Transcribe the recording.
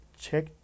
check